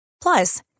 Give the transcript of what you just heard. Plus